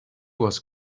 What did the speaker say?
was